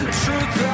truth